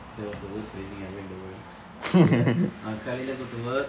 that was the worst phrasing ever in the world ya அவன் காலையில:avan kalayila go to work